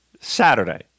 Saturday